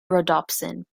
rhodopsin